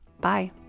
Bye